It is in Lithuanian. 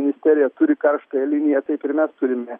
ministerija turi karštąją liniją taip ir mes turime